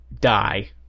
Die